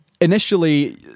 initially